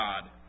God